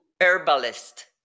herbalist